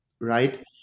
right